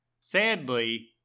Sadly